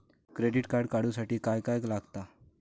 Credit card काढूसाठी काय काय लागत?